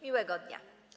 Miłego dnia.